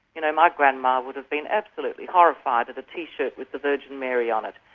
you know, my grandma would have been absolutely horrified at a t-shirt with the virgin mary on it,